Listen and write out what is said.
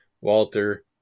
Walter